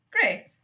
Great